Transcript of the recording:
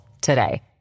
today